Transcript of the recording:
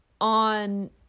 on